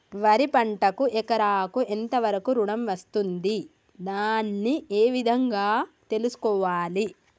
వరి పంటకు ఎకరాకు ఎంత వరకు ఋణం వస్తుంది దాన్ని ఏ విధంగా తెలుసుకోవాలి?